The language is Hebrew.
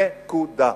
נקודה.